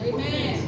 Amen